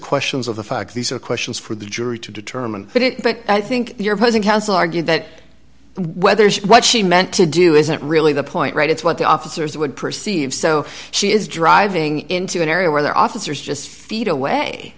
questions of the fact these are questions for the jury to determine did it but i think you're opposing counsel argue that whether she what she meant to do isn't really the point right it's what the officers would perceive so she is driving into an area where their officers just feet away